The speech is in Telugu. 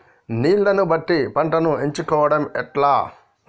నీళ్లని బట్టి పంటను ఎంచుకోవడం ఎట్లా?